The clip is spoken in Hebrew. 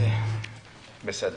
זה בסדר.